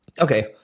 Okay